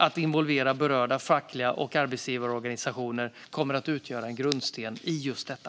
Att involvera berörda fack och arbetsgivarorganisationer kommer att utgöra en grundsten i detta.